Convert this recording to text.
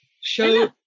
show